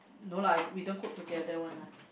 no lah we don't cook together one lah